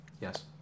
Yes